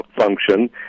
function